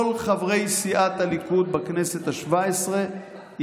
כל חברי סיעת הליכוד בכנסת השבע-עשרה,